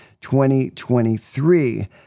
2023